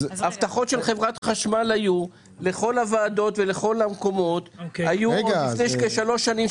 הבטחות של חברת החשמל היו לכל הוועדות ולכל המקומות עוד לפי כשלוש שנים,